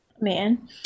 man